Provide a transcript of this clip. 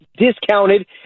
discounted